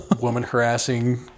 woman-harassing